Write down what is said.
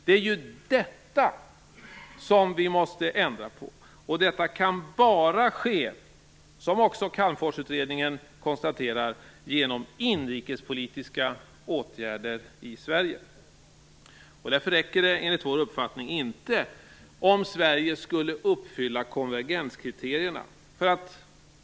Det är ju detta som vi måste ändra på. Detta kan bara ske, vilket också Calmforsutredningen konstaterar, genom inrikespolitiska åtgärder i Sverige. Därför räcker det enligt vår uppfattning inte om Sverige skulle uppfylla konvergenskriterierna.